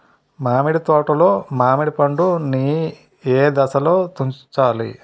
మామిడి తోటలో మామిడి పండు నీ ఏదశలో తుంచాలి?